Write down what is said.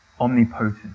omnipotent